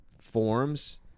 forms